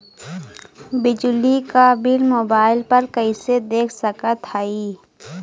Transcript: बिजली क bill mobile पर कईसे देख सकत हई?